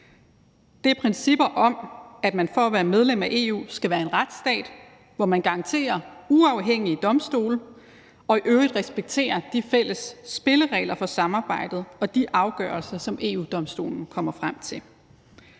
Det er principper om, at man for at være medlem af EU skal være en retsstat, hvor man garanterer uafhængige domstole og i øvrigt respekterer de fælles spilleregler for samarbejdet og de afgørelser, som EU-Domstolen kommer frem til,